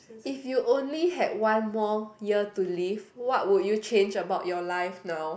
if you only had one more year to live what would you change about your life now